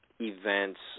events